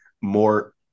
more